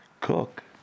Cook